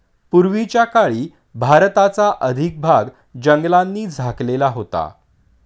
पूर्वीच्या काळी भारताचा अधिक भाग जंगलांनी झाकलेला होता